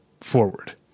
forward